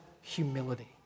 humility